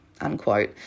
unquote